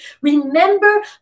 Remember